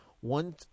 one